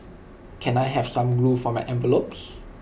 can I have some glue for my envelopes